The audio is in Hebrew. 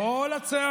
מה הסתה?